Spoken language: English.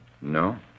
No